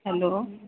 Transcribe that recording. hello